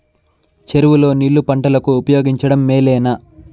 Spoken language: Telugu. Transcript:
చెరువు లో నీళ్లు పంటలకు ఉపయోగించడం మేలేనా?